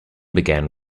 began